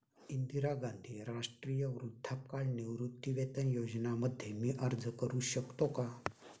इंदिरा गांधी राष्ट्रीय वृद्धापकाळ निवृत्तीवेतन योजना मध्ये मी अर्ज का करू शकतो का?